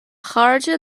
chairde